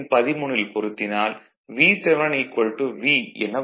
13ல் பொருத்தினால் Vth V என வரும்